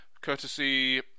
courtesy